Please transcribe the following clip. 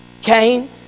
Cain